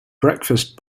breakfast